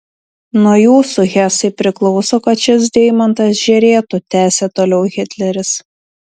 nuo jūsų hesai priklauso kad šis deimantas žėrėtų tęsė toliau hitleris